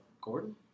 Gordon